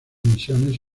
misiones